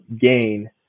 gain